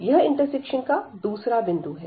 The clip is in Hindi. यह इंटरसेक्शन का दूसरा बिंदु है